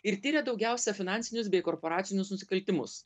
ir tiria daugiausia finansinius bei korporacinius nusikaltimus